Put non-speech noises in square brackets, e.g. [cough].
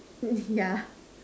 [noise] yeah